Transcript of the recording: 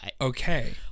okay